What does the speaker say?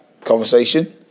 conversation